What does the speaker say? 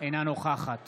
אינה נוכחת